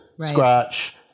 scratch